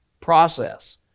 process